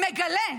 מגלה,